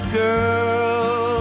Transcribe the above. girl